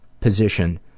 position